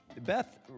Beth